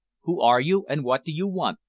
who are you, and what do you want?